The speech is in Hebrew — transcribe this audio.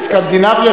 וכך היה.